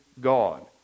God